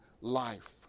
life